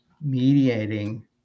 mediating